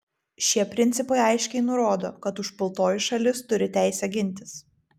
šie principai aiškiai nurodo kad užpultoji šalis turi teisę gintis